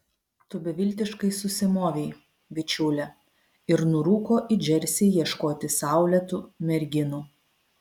tu beviltiškai susimovei bičiule ir nurūko į džersį ieškoti saulėtų merginų